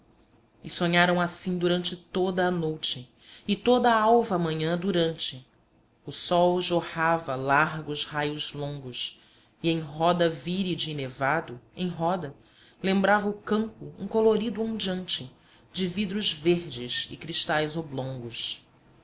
e sonharam assim durante toda a noute e toda a alva manhã durante o sol jorrava largos raios longos e em roda víride e nevado em roda lembrava o campo um colorido ondeante de vidros verdes e cristais oblongos